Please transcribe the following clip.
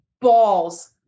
balls